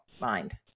mind